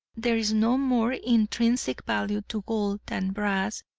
there is no more intrinsic value to gold than brass,